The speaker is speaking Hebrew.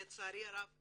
לצערי הרב,